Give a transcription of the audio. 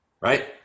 Right